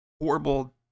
horrible